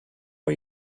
are